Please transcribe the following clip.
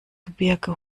gebirge